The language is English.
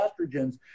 estrogens